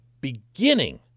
beginning